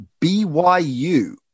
BYU